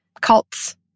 cults